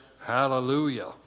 Hallelujah